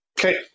Okay